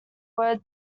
word